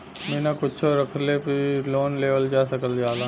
बिना कुच्छो रखले भी लोन लेवल जा सकल जाला